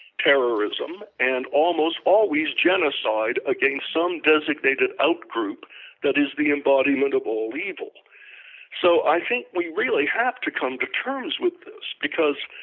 terrorism, and almost always genocide against some designated out group that is the embodiment of all evil so i think we really have to come to terms with this because,